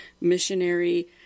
missionary